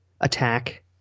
attack